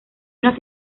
una